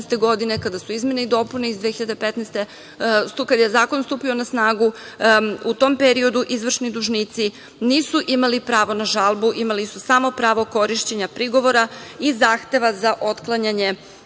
godine kada su izmene i dopune iz 2015, kada je zakon stupio na snagu, u tom periodu izvršni dužnici nisu imali pravo na žalbu, imali su samo pravo korišćenja prigovora i zahteva za otklanjanje